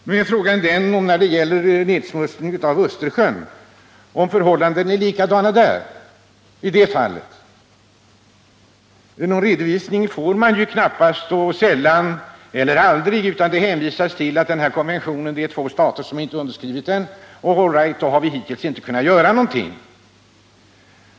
Nu är frågan om förhållandena när det gäller nedsmutsning av Östersjön är likadana. Någon redovisning får man ju sällan eller aldrig utan det hänvisas till denna konvention och sägs: Det är två stater som inte har undertecknat den, och vi har hittills inte kunnat göra någonting.